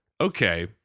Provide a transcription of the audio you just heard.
okay